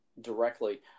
directly